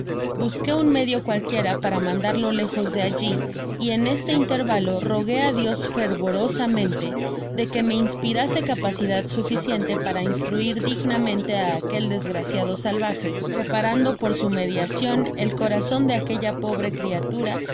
busqué un medio cualquiera para mandarlo lejos de alli y en este intórvalo rogué á dios fervorosamente de que me inspirase capacidad suficiente para instruir dignamente á aquel desgraciado salvaje preparando por su mediacion el corazon de aquella pobre criatura